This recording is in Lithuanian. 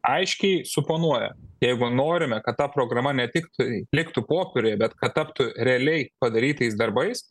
aiškiai suponuoja jeigu norime kad ta programa ne tik tai liktų popieriuje bet kad taptų realiai padarytais darbais